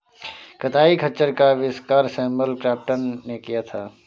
कताई खच्चर का आविष्कार सैमुअल क्रॉम्पटन ने किया था